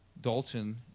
Dalton